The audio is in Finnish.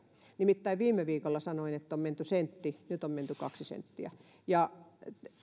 nimittäin viime viikolla sanoin että on menty sentti ja nyt on menty kaksi senttiä